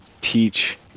teach